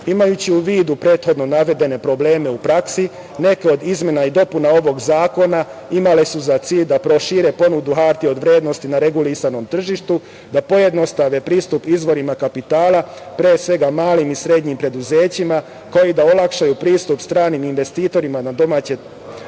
tržište. Imajući u vidu prethodno navedene probleme u praksi neke od izmena i dopuna ovog zakona imale su za cilj da prošire ponudu hartija od vrednosti na regulisanom tržištu, da pojednostave pristup izvorima kapitala, pre svega malim i srednjim preduzećima, kao i da olakšaju pristup stranim investitorima na domaće